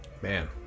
Man